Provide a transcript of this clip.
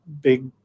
big